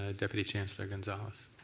ah deputy chancellor gonzales.